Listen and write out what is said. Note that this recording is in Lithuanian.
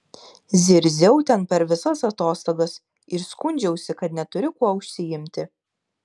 zirziau ten per visas atostogas ir skundžiausi kad neturiu kuo užsiimti